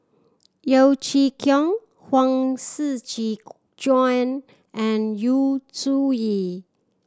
Yeo Chee Kiong Huang Shiqi Joan and Yu Zhuye